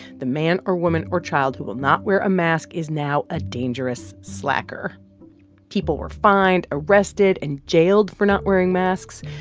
the man or woman or child who will not wear a mask is now a dangerous slacker people were fined, arrested and jailed for not wearing masks.